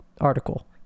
article